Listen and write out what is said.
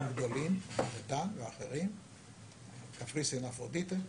גדולים כמו לוויתן ואחרים ובקפריסין אפרודיטה.